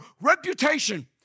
reputation